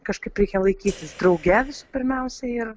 kažkaip laikytis drauge visų pirmiausiai ir